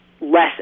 less